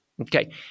Okay